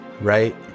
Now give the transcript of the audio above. right